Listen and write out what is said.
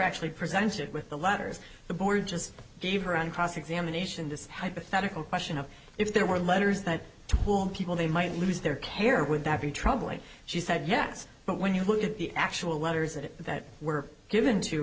actually presented with the letters the board just gave her on cross examination this hypothetical question of if there were letters that to whom people they might lose their care would that be troubling she said yes but when you look at the actual letters that were given to